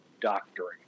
doctoring